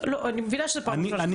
אני מבינה שזאת הפעם הראשונה שלך,